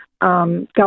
Government